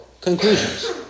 conclusions